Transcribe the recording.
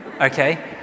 Okay